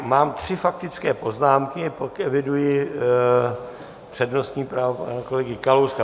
Mám tři faktické poznámky, pak eviduji přednostní právo pana kolegy Kalouska.